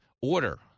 order